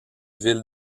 ville